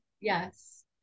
Yes